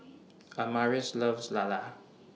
Amaris loves Lala